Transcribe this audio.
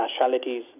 nationalities